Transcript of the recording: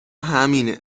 همینه